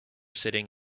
sitting